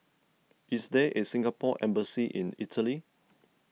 is there a Singapore Embassy in Italy